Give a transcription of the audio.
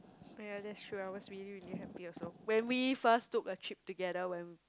ya that true I was really really happy also when we first took a trip together when